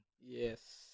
Yes